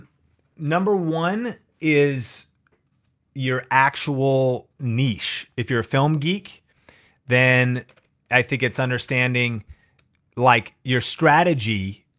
number one, is your actual niche. if you're a film geek then i think it's understanding like your strategy,